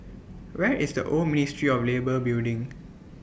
Where IS The Old Ministry of Labour Building